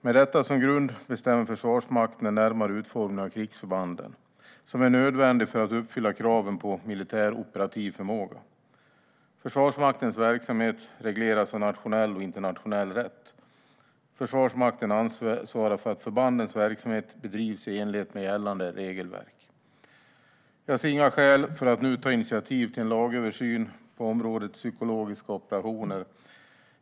Med detta som grund bestämmer Försvarsmakten den närmare utformning av krigsförbanden som är nödvändig för att uppfylla kraven på militär operativ förmåga. Försvarsmaktens verksamhet regleras av nationell och internationell rätt. Försvarsmakten ansvarar för att förbandens verksamhet bedrivs i enlighet med gällande regelverk. Jag ser inga skäl för att nu ta initiativ till en lagöversyn på området psykologiska operationer.